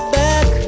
back